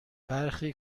برخی